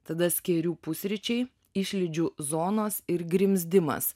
tada skėrių pusryčiai išlydžių zonos ir grimzdimas